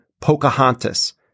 Pocahontas